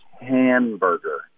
Hamburger